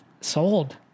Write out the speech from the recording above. sold